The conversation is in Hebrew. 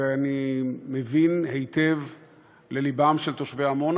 ואני מבין היטב ללבם של תושבי עמונה